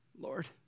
Lord